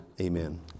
Amen